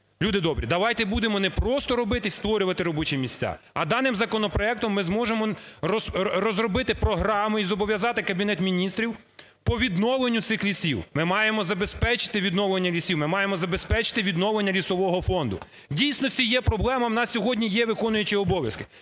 Люди добрі, давайте буде не просто робити і створювати робочі місця, а даним законопроектом ми зможемо розробити програми і зобов'язати Кабінет Міністрів по відновленню цих лісів. Ми маємо забезпечити відновлення лісів, ми маємо забезпечити відновлення лісового фонду. В дійсності є проблема, у нас сьогодні є виконуючий обов'язки.